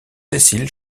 cécile